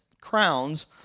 crowns